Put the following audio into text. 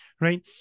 right